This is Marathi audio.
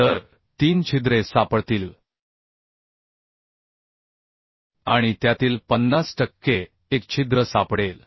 तर 3 छिद्रे सापडतील आणि त्यातील 50 टक्के 1 छिद्र सापडेल